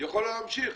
יכול להמשיך?